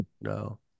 No